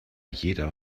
jeder